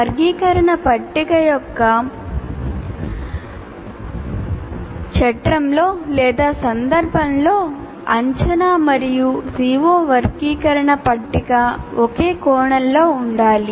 వర్గీకరణ పట్టిక యొక్క చట్రంలో లేదా సందర్భంలో అంచనా మరియు CO వర్గీకరణ పట్టిక ఒకే కణంలో ఉండాలి